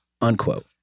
unquote